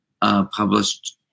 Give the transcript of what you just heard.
published